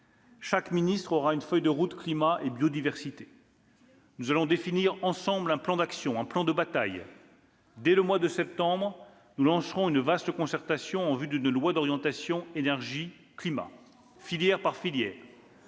Chaque ministre aura une feuille de route " climat et biodiversité ". Nous allons définir ensemble un plan d'action, un plan de bataille. Dès le mois de septembre prochain, nous lancerons une vaste concertation en vue d'une loi d'orientation énergie-climat. » Encore ! Il y en